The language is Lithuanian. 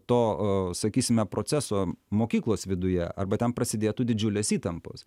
to sakysime proceso mokyklos viduje arba ten prasidėtų didžiulės įtampos